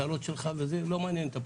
הצרות שלך לא מעניין את הפוליטיקאים,